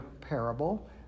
parable